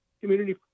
community